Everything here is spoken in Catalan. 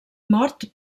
mort